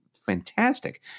fantastic